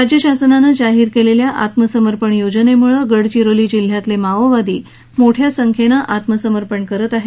राज्य शासनानं जाहीर केलेल्या आत्मसमर्पण योजनेमुळे गडचिरोली जिल्ह्यातले माओवादी मोठ्या संख्येनं आत्मसमर्पण करत आहेत